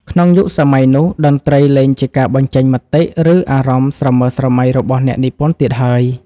ក្នុងយុគសម័យនោះ តន្ត្រីលែងជាការបញ្ចេញមតិ ឬអារម្មណ៍ស្រមើស្រមៃរបស់អ្នកនិពន្ធទៀតហើយ។